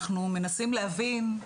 אנחנו מנסים להבין,